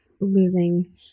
losing